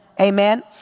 Amen